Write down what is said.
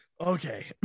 Okay